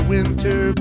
Winter